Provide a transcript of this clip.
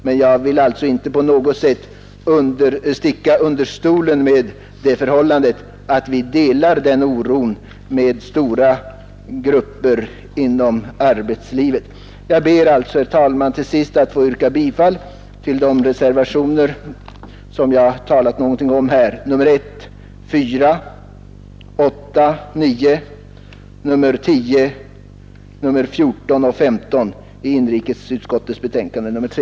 Men jag vill alltså inte på något sätt undanskymma det förhållandet att vi delar denna oro med stora grupper inom arbetslivet. Jag ber, herr talman, att få yrka bifall till de reservationer som jag talat för här — reservationerna 1, 4, 8, 9, 10, 14 och 15 vid inrikesutskottets betänkande nr 3.